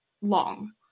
long